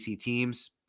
teams